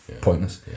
pointless